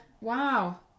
Wow